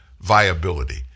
viability